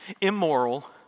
immoral